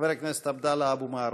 חבר הכנסת עבדאללה אבו מערוף.